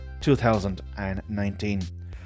2019